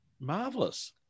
marvelous